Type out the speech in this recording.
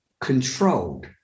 controlled